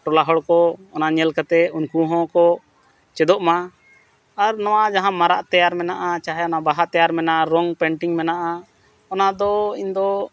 ᱴᱚᱞᱟ ᱦᱚᱲᱠᱚ ᱚᱱᱟ ᱧᱮᱞᱠᱟᱛᱮᱫ ᱩᱱᱠᱩ ᱦᱚᱸᱠᱚ ᱪᱮᱫᱚᱜᱢᱟ ᱟᱨ ᱱᱚᱣᱟ ᱡᱟᱦᱟᱸ ᱢᱟᱨᱟᱜ ᱛᱮᱭᱟᱨ ᱢᱮᱱᱟᱜᱼᱟ ᱪᱟᱦᱮ ᱚᱱᱟ ᱵᱟᱦᱟ ᱛᱮᱭᱟᱨ ᱢᱮᱱᱟᱜᱼᱟ ᱨᱚᱝ ᱯᱮᱱᱴᱤᱝ ᱢᱮᱱᱟᱜᱼᱟ ᱚᱱᱟ ᱫᱚ ᱤᱧᱫᱚ